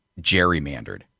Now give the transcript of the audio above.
gerrymandered